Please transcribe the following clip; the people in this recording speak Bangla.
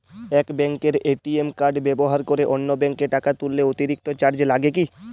এক ব্যাঙ্কের এ.টি.এম কার্ড ব্যবহার করে অন্য ব্যঙ্কে টাকা তুললে অতিরিক্ত চার্জ লাগে কি?